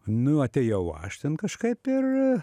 nu atėjau aš ten kažkaip ir